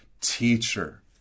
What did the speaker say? teacher